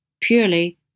purely